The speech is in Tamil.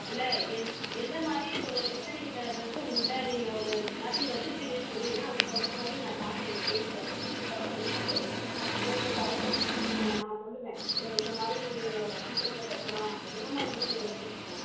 இல்லை எந் எந்த மாதிரி ஒரு டிசைனிங்கில் ட்ரெஸ்ஸு உங்கள்கிட்ட நீங்கள் ஒரு மேப்பிங் வச்சிருப்பீங்கன்னு சொன்னீங்கன்னால் அதுக்குத் தகுந்த மாதிரி நான் சார்கிட்ட இங்கே பேசுவேன் ப்ரின்ஸ்பல் சார்கிட்ட பேசிட்டு உங்களுக்கு அதுக்குத் தகுந்த மாதிரி நீங்கள் நான் சொல்லுவேன் இல்லை இந்த மாதிரி டிசைனிங்கில் தைக்கலாம் என்ன மாதிரி டிசைனிங் வச்சிருக்கீங்க